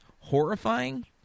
horrifying